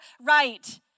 right